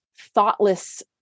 thoughtless